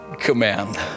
command